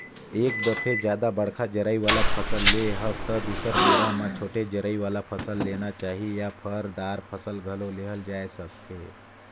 एक दफे जादा बड़का जरई वाला फसल ले हस त दुसर बेरा म छोटे जरई वाला फसल लेना चाही या फर, दार फसल घलो लेहल जाए सकथे